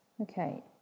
Okay